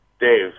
Dave